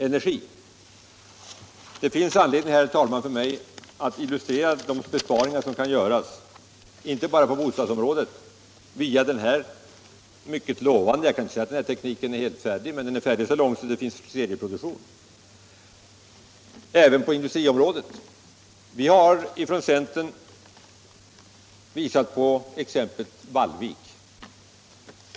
Det har funnits anledning för mig att i dag illustrera de besparingar som kan göras inte bara på bostadsområdet utan också på industriområdet via denna mycket lovande teknik, som visserligen inte är helt färdig men som har kommit så långt att den lett till en serieproduktion. Vi har vidare från centern visat på exemplet Vallvik.